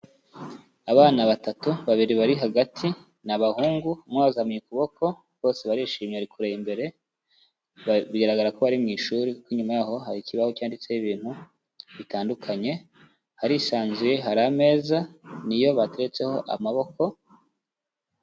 Abana batatu, babiri bari hagati ni abahungu, umwe yazamuye ukuboko, bose barishimye bari kureba imbere, biragaragarako bari mu ishuri kuko inyuma yaho hari ikibaho cyanditseho ibintu bitandukanye, harisanzuye, hari ameza niyo batetseho amaboko.